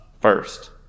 first